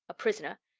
a prisoner.